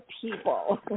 people